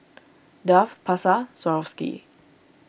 Dove Pasar Swarovski